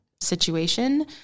situation